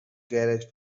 garage